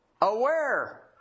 aware